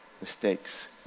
mistakes